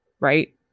right